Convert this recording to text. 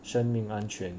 生命安全